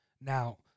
Now